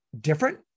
different